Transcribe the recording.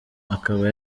akaba